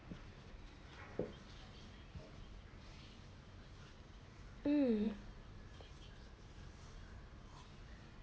um